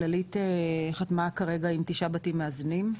הכללית חתמה כרגע עם תשעה בתים מאזנים.